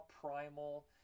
primal